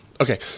Okay